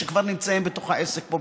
שכבר נמצאים בתוך העסק פה,